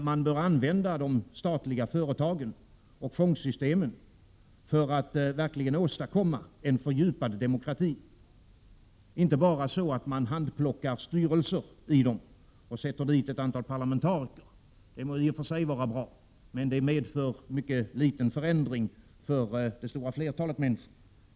Man bör använda de statliga företagen och fondsystemen för att verkligen åstadkomma en fördjupad demokrati. Det räcker inte att bara handplocka styrelser och tillsätta parlamentariker. I och för sig är det bra, men det medför endast en mycket liten förändring för det stora flertalet människor.